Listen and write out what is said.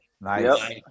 Nice